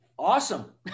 Awesome